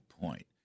point